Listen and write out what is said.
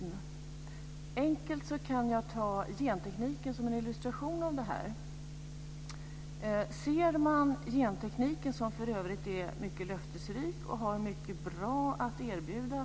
Folkpartiet har länge varit kritiskt till att åldersgränsen 65 år ska gälla för dessa grupper.